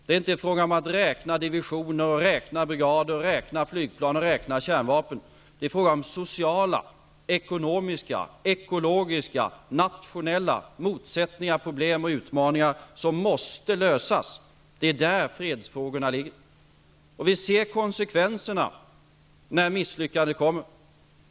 Det är inte fråga om att räkna divisioner, brigader, flygplan och kärnvapen, utan det är fråga om sociala, ekonomiska, ekologiska och nationella motsättningar, problem och utmaningar som måste lösas. Det är där fredsfrågorna ligger. Vi ser konsekvenserna när misslyckanden kommer.